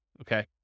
okay